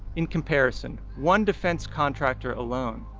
in comparison, one defense contractor alone,